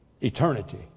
Eternity